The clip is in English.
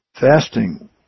fasting